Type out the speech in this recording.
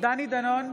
דני דנון,